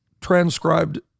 transcribed